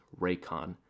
Raycon